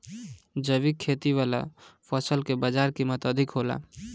जैविक खेती वाला फसल के बाजार कीमत अधिक होला